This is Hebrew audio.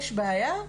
יש בעיה,